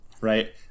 right